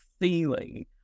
feeling